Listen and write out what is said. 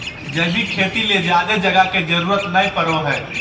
जैविक खेती ले ज्यादे जगह के जरूरत नय पड़ो हय